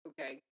okay